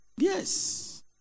Yes